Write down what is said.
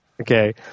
Okay